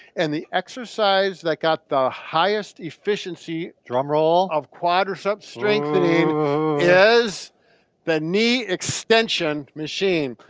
and the exercise that got the highest efficiency drumroll of quadricep strengthening is the knee extension machine.